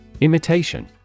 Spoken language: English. Imitation